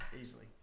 easily